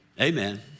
Amen